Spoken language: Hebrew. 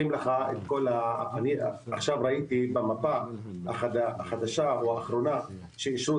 עכשיו ראיתי במפה האחרונה החדשה שאישרו